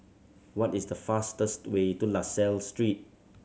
what is the fastest way to La Salle Street